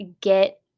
get